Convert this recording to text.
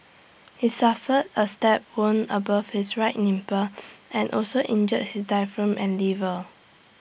he suffered A stab wound above his right nipple and also injured his diaphragm and liver